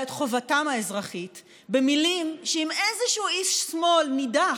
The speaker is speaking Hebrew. את חובתם האזרחית במילים שאם איזשהו איש שמאל נידח,